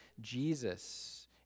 jesus